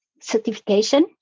certification